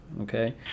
Okay